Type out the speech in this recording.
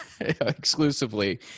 exclusively